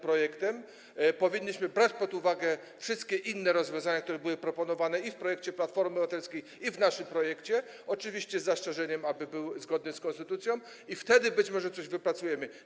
Powinniśmy brać pod uwagę wszystkie inne rozwiązania, które były proponowane i w projekcie Platformy Obywatelskiej, i w naszym projekcie, oczywiście z zastrzeżeniem, że ma być to zgodne z konstytucją, i wtedy być może coś wypracujemy.